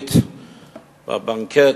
בארצות-הברית ב"בנקט",